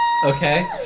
Okay